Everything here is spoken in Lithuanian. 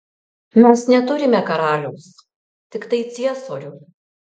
mes neturime karaliaus tiktai ciesorių